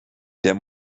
der